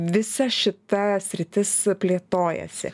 visa šita sritis plėtojasi